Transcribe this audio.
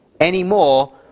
anymore